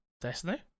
destiny